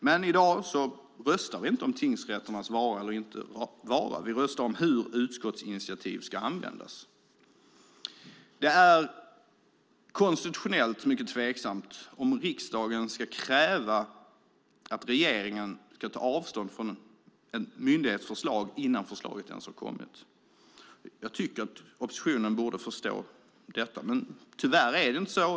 Men nu röstar vi inte om tingsrätternas vara eller inte vara. Vi röstar om hur utskottsinitiativ ska användas. Det är konstitutionellt mycket tveksamt om riksdagen ska kräva att regeringen ska ta avstånd från en myndighets förslag innan förslaget ens har kommit. Jag tycker att oppositionen borde förstå detta. Men tyvärr är det inte så.